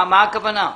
מה הכוונה?